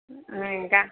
औ